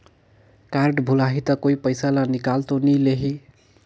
Card भुलाही ता कोई पईसा ला निकाल तो नि लेही?